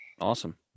awesome